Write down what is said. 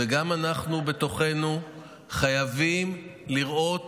וגם אנחנו בתוכנו חייבים לראות